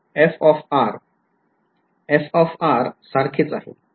f f सारखेच आहेत का